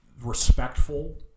respectful